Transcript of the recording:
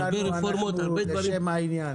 הרבה רפורמות --- בוועדה שלנו אנחנו לשם העניין,